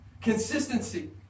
Consistency